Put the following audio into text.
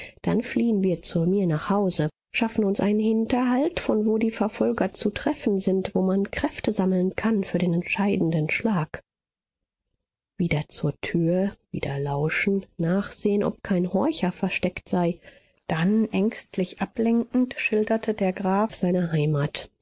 dann fliehen wir zu mir nach hause schaffen uns einen hinterhalt von wo die verfolger zu treffen sind wo man kräfte sammeln kann für den entscheidenden schlag wieder zur tür wieder lauschen nachsehen ob kein horcher versteckt sei dann ängstlich ablenkend schilderte der graf seine heimat